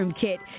kit